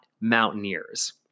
mountaineers